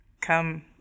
come